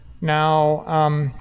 now